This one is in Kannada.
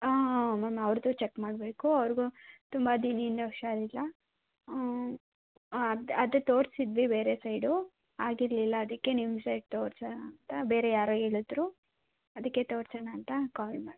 ಹಾಂ ಮ್ಯಾಮ್ ಅವ್ರದ್ದು ಚಕ್ ಮಾಡಬೇಕು ಅವ್ರುಗು ತುಂಬಾ ದಿನದಿಂದ ಹುಷಾರಿಲ್ಲ ಅದು ಅದೇ ತೋರ್ಸಿದ್ದಿವಿ ಬೇರೆ ಸೈಡು ಆಗಿರಲಿಲ್ಲ ಅದಕ್ಕೆ ನಿಮ್ಮ ಸೈಡ್ ತೋರ್ಸೋಣ ಅಂತ ಬೇರೆ ಯಾರೋ ಹೇಳದ್ರು ಅದಿಕ್ಕೆ ತೋರಿಸೋಣ ಅಂತ ಕಾಲ್ ಮಾಡಿದೆ